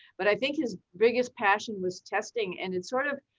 but i think his biggest passion was testing. and it sort of,